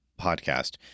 podcast